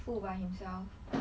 full by himself